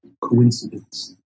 coincidence